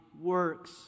works